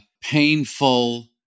painful